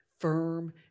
firm